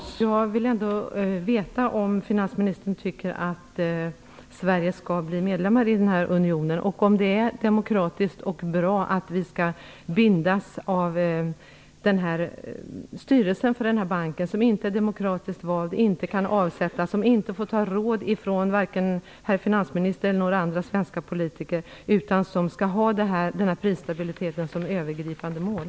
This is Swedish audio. Herr talman! Jag vill ändå veta om finansministern tycker att Sverige skall bli medlem i unionen och om det är demokratiskt och bra att Sverige skall bindas av styrelsen för denna bank. Den är inte demokratiskt vald och kan inte avsättas och får inte ta råd från finansministern eller andra svenska politiker. Prisstabiliteten skall vara ett övergripande mål.